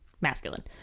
masculine